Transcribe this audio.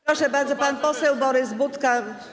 Proszę bardzo, pan poseł Borys Budka.